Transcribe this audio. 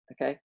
okay